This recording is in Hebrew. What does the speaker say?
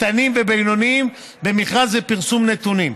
קטנים ובינוניים במכרז ופרסום נתונים.